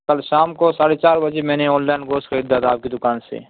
کل شام کو ساڑھے چار بجے میں نے آن لائن گوشت خریدا تھا آپ کی دکان سے